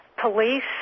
police